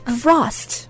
frost